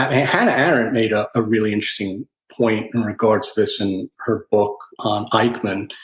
hannah arendt made ah a really interesting point in regards this in her book on eichmann,